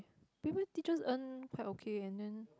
pivot teachers earn quite okay and then